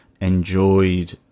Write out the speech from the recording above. enjoyed